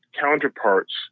counterparts